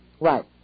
Right